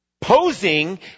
posing